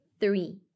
three